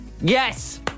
Yes